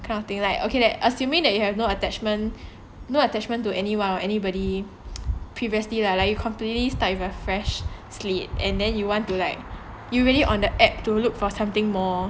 kind of thing like okay assuming that you have no attachment no attachment to anyone anybody previously lah like you completely start with a fresh sheet and then you want to like you really on the app to look for something more